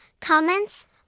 Comments